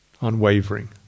unwavering